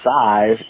size